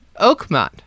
Oakmont